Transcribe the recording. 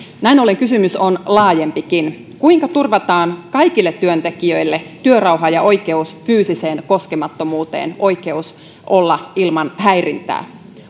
näin ollen kysymys on laajempikin kuinka turvataan kaikille työntekijöille työrauha ja oikeus fyysiseen koskemattomuuteen oikeus olla ilman häirintää